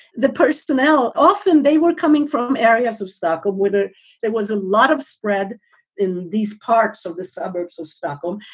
the personnel, often they were coming from areas of stock of whether there was a lot of spread in these parts of the suburbs of stockholm.